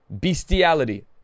bestiality